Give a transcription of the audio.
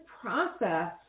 process